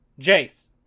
Jace